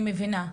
אני מבינה.